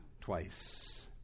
twice